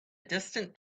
distant